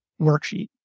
worksheet